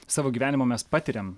savo gyvenimu mes patiriam